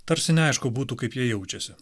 tarsi neaišku būtų kaip jie jaučiasi